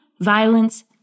violence